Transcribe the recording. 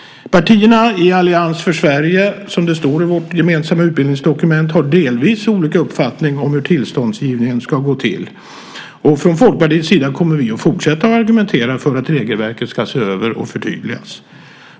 Partierna i Allians för Sverige har, som det står i vårt gemensamma utbildningsdokument, delvis olika uppfattning om hur tillståndsgivningen ska gå till. Från Folkpartiets sida kommer vi att fortsätta att argumentera för att regelverket ska ses över och förtydligas.